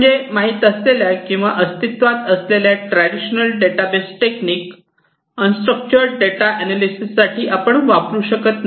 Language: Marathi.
म्हणजे माहित असलेल्या किंवा अस्तित्वात असलेल्या traditional database technique unstructured data analyses साठी आपण वापरू शकत नाही